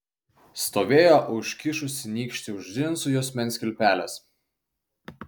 stovėjo užkišusi nykštį už džinsų juosmens kilpelės